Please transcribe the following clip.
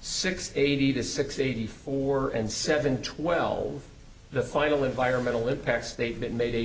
six eighty to six eighty four and seven twelve the final environmental impact statement ma